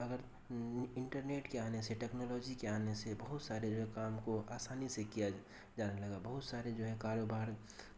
اگر انٹرنیٹ کے آنے سے ٹیکنالوجی کے آنے سے بہت سارے جو ہے کام کو آسانی سے کیا جانے لگا بہت سارے جو ہے کاروبار